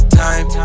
time